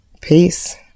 Peace